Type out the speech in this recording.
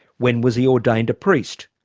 when was he ordained a priest?